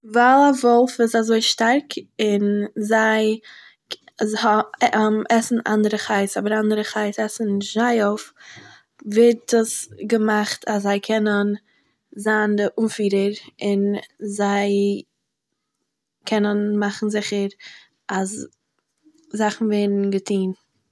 ווייל א וואלף איז אזוי שטארק און זיי הא עסן אנדערע חיות, אבער אנדערע חיות עסן נישט זיי אויף, ווערט עס געמאכט אז זיי קענען זיין די אנפירער און זיי... קענען מאכן זיכער אז זאכן ווערן געטוהן.